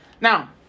now